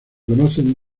conocen